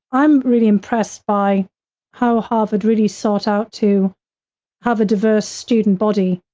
i'm really impressed by how harvard really sought out to have a diverse student body.